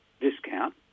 discount